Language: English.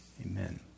Amen